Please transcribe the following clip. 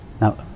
Now